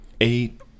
eight